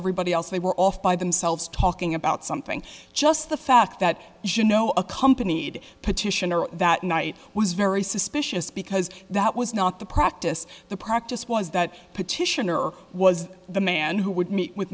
everybody else they were off by themselves talking about something just the fact that you know accompanied petitioner that night was very suspicious because that was not the practice the practice was that petitioner was the man who would meet with